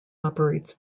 operates